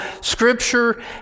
Scripture